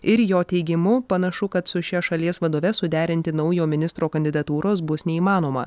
ir jo teigimu panašu kad su šia šalies vadove suderinti naujo ministro kandidatūros bus neįmanoma